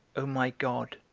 o my god,